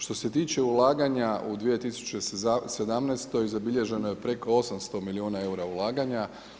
Što se tiče ulaganja u 2017. zabilježeno je preko 800 milijuna eura ulaganja.